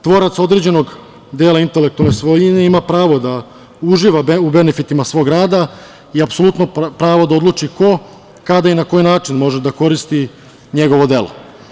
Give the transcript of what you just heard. Tvorac određenog dela intelektualne svojine ima pravo da uživa u benefitima svog rada i apsolutno pravo da odluči ko kada i na koji način može da koristi njegovo delo.